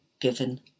given